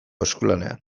eskulanean